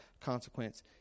consequence